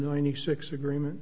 ninety six agreement